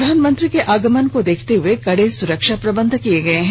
प्रधानमंत्री के आगमन को देखते हुए कडे सुरक्षा प्रबंध किए गए हैं